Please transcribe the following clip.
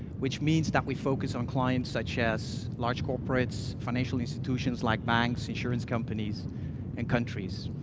which means that we focus on clients such as large corporates financial institutions, like banks, insurance companies and countries.